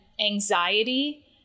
anxiety